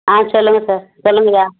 ஆ சொல்லுங்கள் சார் சொல்லுங்கள் ஐயா